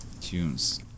tunes